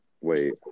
wait